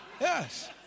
Yes